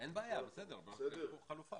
אין בעיה, בסדר, אבל יש כאן חלופה.